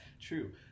True